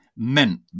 Meant